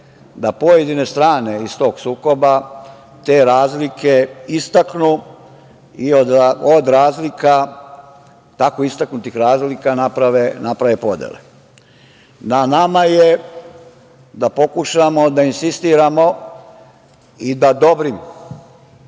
da pojedine strane iz tog sukoba te razlike istaknu i od tako istaknutih razlika naprave podele. Na nama je da pokušamo da insistiramo i da dobrim,